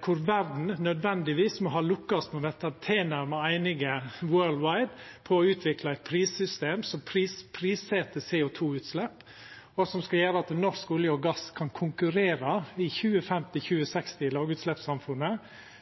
kor verda nødvendigvis må ha lukkast med å verta tilnærma einige «worldwide» om å utvikla eit prissystem som prisset CO 2 -utslepp, og som skal gjera at norsk olje og gass kan konkurrera i 2050–2060, i lågutsleppssamfunnet,